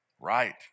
Right